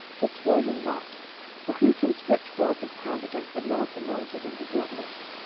destroy him not for who can stretch forth his hand against the lord's anointed, and be guiltless?